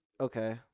Okay